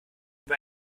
über